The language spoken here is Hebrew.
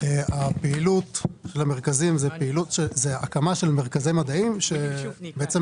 הפעילות היא הקמה של מרכזי מדעים שמקיימים